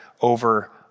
over